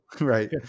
Right